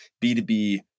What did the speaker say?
B2B